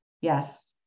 Yes